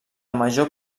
major